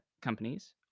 companies